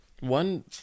One